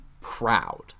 proud